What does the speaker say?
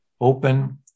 open